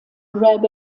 grab